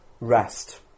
rest